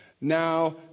Now